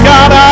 God